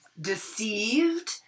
deceived